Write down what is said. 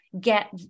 get